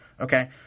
Okay